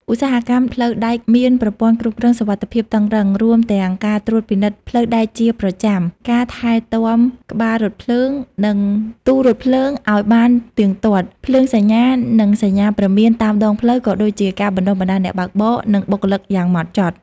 ឧស្សាហកម្មផ្លូវដែកមាន ប្រព័ន្ធគ្រប់គ្រងសុវត្ថិភាពតឹងរ៉ឹង រួមទាំងការត្រួតពិនិត្យផ្លូវដែកជាប្រចាំ ការថែទាំក្បាលរថភ្លើង និងទូរថភ្លើងឱ្យបានទៀងទាត់ ភ្លើងសញ្ញា និងសញ្ញាព្រមានតាមដងផ្លូវ ក៏ដូចជាការបណ្តុះបណ្តាលអ្នកបើកបរ និងបុគ្គលិកយ៉ាងម៉ត់ចត់។